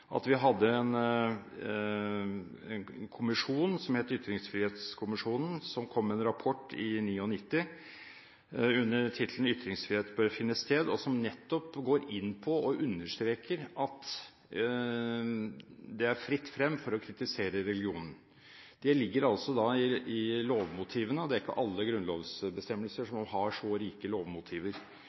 at vi hadde en kommisjon som het Ytringsfrihetskommisjonen, som kom med en rapport i 1999 under tittelen «Ytringsfrihed bør finde Sted», som nettopp går inn på og understreker at det er fritt frem for å kritisere religionen. Det ligger altså da i lovmotivene, og det er ikke alle grunnlovsbestemmelser som har så rike lovmotiver.